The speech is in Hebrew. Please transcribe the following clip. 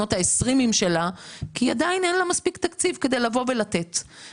שלא היה לה מספיק תקציב כדי לתת לכולם.